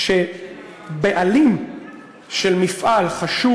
בעלים של מפעל חשוב